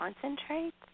concentrate